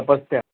Satya